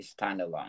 standalone